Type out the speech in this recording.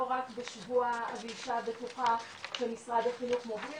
רק בשבוע הגלישה הבטוחה של משרד החינוך מוביל,